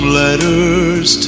letters